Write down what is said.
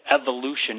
evolution